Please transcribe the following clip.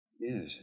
Yes